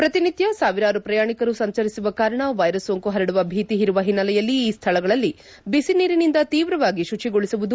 ಶ್ರತಿನಿತ್ನ ಸಾವಿರಾರು ಪ್ರಯಾಣಿಕರು ಸಂಚರಿಸುವ ಕಾರಣ ವ್ಲೆರಸ್ ಸೋಂಕು ಹರಡುವ ಭೀತಿ ಇರುವ ಹಿನ್ನೆಲೆಯಲ್ಲಿ ಈ ಸ್ವಳಗಳಲ್ಲಿ ಬಿಸಿ ನೀರಿನಿಂದ ತೀವ್ರವಾಗಿ ಶುಚಿಗೊಳಿಸುವುದು